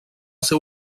ser